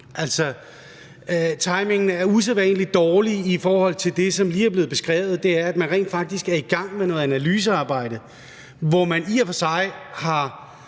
Altså, timingen er usædvanlig dårlig i forhold til det, som lige er blevet beskrevet, altså at man rent faktisk er i gang med noget analysearbejde, hvor man i og for sig har